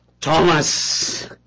Thomas